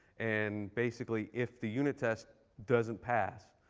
and basically, if the unit test doesn't pass,